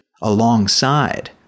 alongside